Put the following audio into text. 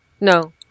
No